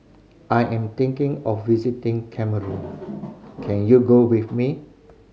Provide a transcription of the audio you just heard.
I am thinking of visiting Cameroon can you go with me